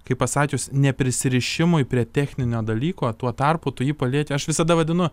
kaip pasakius ne prisirišimui prie techninio dalyko o tuo tarpu tu jį palieki aš visada vadinu